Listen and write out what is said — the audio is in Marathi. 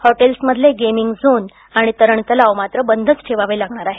हॉटेल्समधले गेमिंग झोन आणि तारण तलाव मात्र बंदच ठेवावे लागणार आहेत